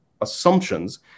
assumptions